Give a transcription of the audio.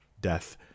death